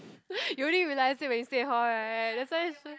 you only realise it when you stay in hall right that's why you should